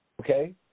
Okay